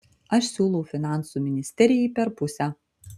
aš siūlau finansų ministerijai per pusę